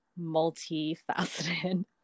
multifaceted